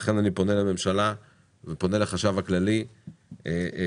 לכן אני פונה לממשלה ולחשב הכללי לנסות